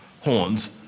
horns